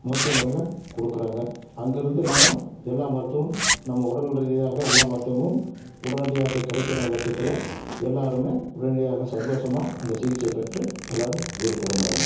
மருத்துவமனையில் கொடுக்குறாங்க அங்கேருந்து நம்ம எல்லா மருத்துவமும் நம்ம உடல் ரீதியாக எல்லா மருத்துவமும் உடனடியாக கிடைக்கிறப் பட்சத்தில் எல்லோருமே உடனடியாக சந்தோஷமாக அந்த சிகிச்சை பெற்று எல்லோரும் வீடு திரும்புறாங்க